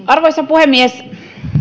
arvoisa puhemies